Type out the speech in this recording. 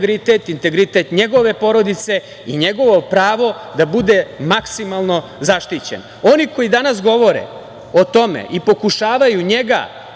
integritet njegove porodice i njegovo pravo da bude maksimalno zaštićen. Oni koji danas govore o tome i pokušavaju njega